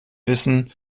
wissen